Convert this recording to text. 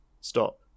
Stop